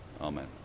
Amen